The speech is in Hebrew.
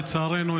לצערנו,